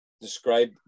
describe